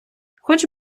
хоч